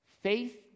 Faith